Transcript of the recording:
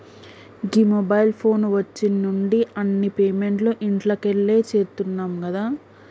గీ mobile phone వచ్చిన్నుండి అన్ని పేమెంట్లు ఇంట్లకెళ్లే చేత్తున్నం గదా